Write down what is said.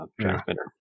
transmitter